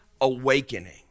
awakening